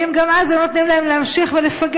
האם גם אז היו נותנים להם להמשיך ולפגע,